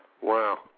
Wow